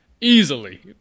easily